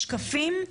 שקפים,